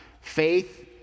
faith